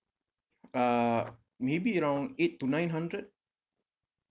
uh maybe around eight to nine hundred